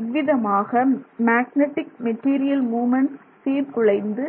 இவ்விதமாக magnetic material moments சீர்குலைத்து